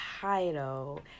title